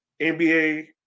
NBA